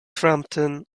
frampton